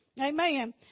Amen